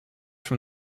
from